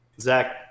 Zach